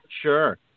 Sure